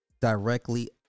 directly